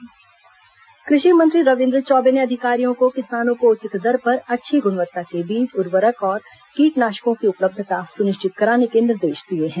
किसान बीज खाद कृषि मंत्री रविन्द्र चौबे ने अधिकारियों को किसानों को उचित दर पर अच्छी गुणवत्ता के बीज उर्वरक और कीटनाशकों की उपलब्धता सुनिश्चित कराने के निर्देश दिए हैं